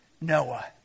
Noah